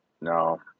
No